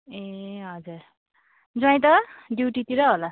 ए हजुर जुवाई त ड्युटीतिरै होला